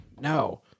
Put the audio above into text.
No